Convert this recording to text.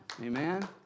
Amen